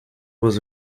was